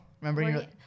remember